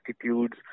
attitudes